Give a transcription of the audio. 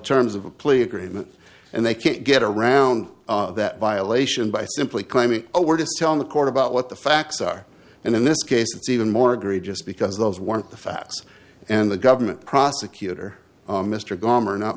terms of a plea agreement and they can't get around that violation by simply claiming oh we're just telling the court about what the facts are and in this case it's even more egregious because those weren't the facts and the government prosecutor mr gone or not